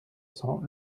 cents